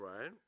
Right